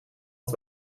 het